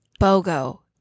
BOGO